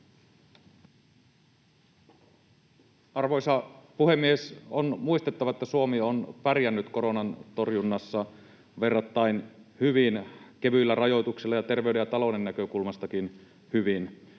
Arvoisa puhemies! On muistettava, että Suomi on pärjännyt koronan torjunnassa verrattain hyvin kevyillä rajoituksilla ja terveyden ja talouden näkökulmastakin hyvin.